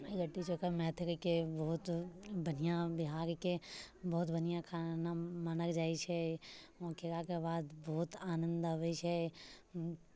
लिट्टी चोखा मैथिलीके बहुत बढ़िआँ बिहारके बहुत बढ़िआँ खाना मानल जाइत छै ओ खेलाके बाद बहुत आनन्द अबैत छै